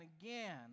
again